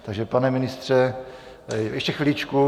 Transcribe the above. Takže pane ministře, ještě chviličku.